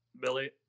Billy